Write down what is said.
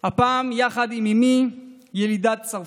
הפעם יחד עם אימי, ילידת צרפת.